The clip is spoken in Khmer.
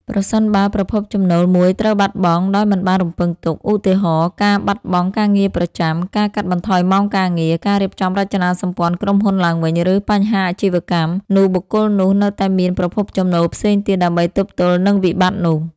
ប្រសិនបើប្រភពចំណូលមួយត្រូវបាត់បង់ដោយមិនបានរំពឹងទុក ឧទាហរណ៍ ការបាត់បង់ការងារប្រចាំ ការកាត់បន្ថយម៉ោងការងារ ការរៀបចំរចនាសម្ព័ន្ធក្រុមហ៊ុនឡើងវិញ ឬបញ្ហាអាជីវកម្ម នោះបុគ្គលនោះនៅតែមានប្រភពចំណូលផ្សេងទៀតដើម្បីទប់ទល់នឹងវិបត្តិនោះ។